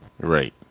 Right